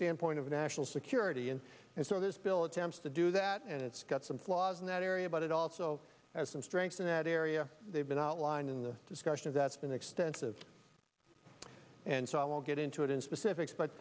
standpoint of national security in this bill attempts to do that and it's got some flaws in that area but it also has some strengths in that area they've been outlined in the discussions that's been extensive and so i won't get into it in specifics but